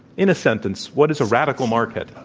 in a sentence, what is a radical market?